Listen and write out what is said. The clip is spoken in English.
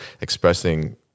expressing